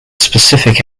specific